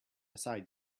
side